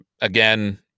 again